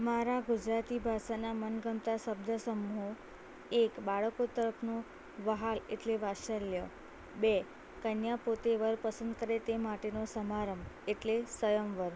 મારા ગુજરાતી ભાષાના મનગમતા શબ્દસમૂહો એક બાળકો તરફનો વ્હાલ એટલે વાત્સલ્ય બે કન્યા પોતે વર પસંદ કરે તે માટેનો સમારંભ એટલે સ્વયંવર